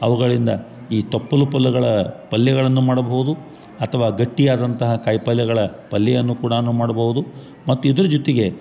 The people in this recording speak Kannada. ಅವುಗಳಿಂದ ಈ ತಪ್ಲು ಪಲೆಗಳ ಪಲ್ಯೆಗಳನ್ನು ಮಾಡ್ಬೋದು ಅತ್ವ ಗಟ್ಟಿಯಾದಂತಹ ಕಾಯಿ ಪಲ್ಯಗಳ ಪಲ್ಯೆಯನ್ನು ಕೂಡಾನು ಮಾಡ್ಬೋದು ಮತ್ತು ಇದ್ರ ಜೊತೆಗೆ